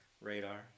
radar